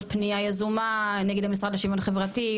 פנייה יזומה נגד המשרד לשוויון חברתי,